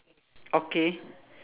okay